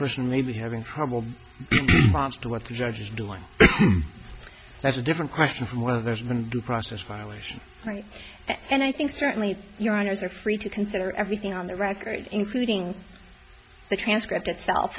person may be having trouble or what the judge is doing that's a different question from whether there's been due process violation right and i think certainly your honour's are free to consider everything on the record including the transcript itself